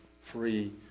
free